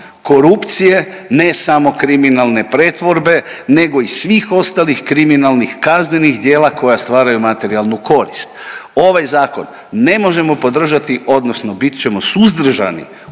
korupcije, ne samo kriminalne pretvorbe nego i svih ostalih kriminalnih kaznenih djela koja stvaraju materijalnu korist. Ovaj zakon ne možemo podržati odnosno bit ćemo suzdržani